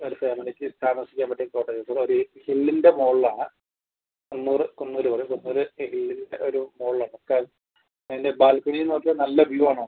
ഒരു ഫാമിലിക്ക് താമസിക്കാൻ പറ്റിയ കോട്ടേജസ് അത് ഒരു ഹില്ലിന്റെ മുകളിൽ ആണ് കുന്നുകൾ കുന്നുകൾ ഉള്ളത് ഹില്ലിന്റെ ഒരു മുകളിൽ ഇടയ്ക്കായി അതിന്റെ ബാൽക്കണിയിൽ നോക്കിയാൽ നല്ല വ്യൂ ആണ് കിട്ടുന്നത്